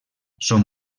són